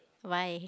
why